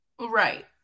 Right